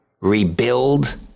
rebuild